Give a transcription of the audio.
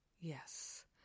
Yes